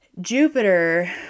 Jupiter